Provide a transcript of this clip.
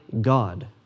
God